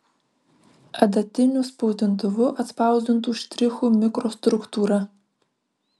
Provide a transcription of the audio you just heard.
adatiniu spausdintuvu atspausdintų štrichų mikrostruktūra